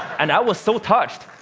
and i was so touched.